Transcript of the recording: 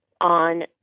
on